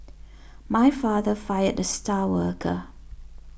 my father fired the star worker